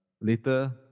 later